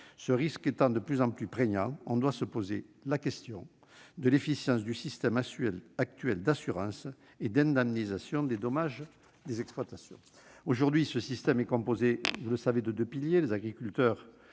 ce risque étant de plus en plus prégnant, on doit se poser la question de l'efficience du système actuel d'assurance et d'indemnisation des dommages et des pertes d'exploitation. Aujourd'hui, ce système est composé de deux piliers. Les agriculteurs